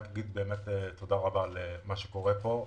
ורק אגיד תודה רבה על מה שקורה פה.